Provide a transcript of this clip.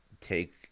take